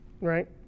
right